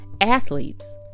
athletes